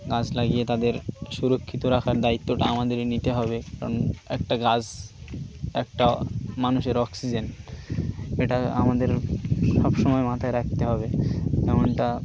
গাছ লাগিয়ে তাদের সুরক্ষিত রাখার দায়িত্বটা আমাদেরই নিতে হবে কারণ একটা গাছ একটা মানুষের অক্সিজেন এটা আমাদের সবসময় মাথায় রাখতে হবে এমনটা